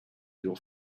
your